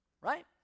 right